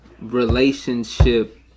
relationship